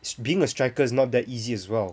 being a striker is not that easy as well